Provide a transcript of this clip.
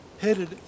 headed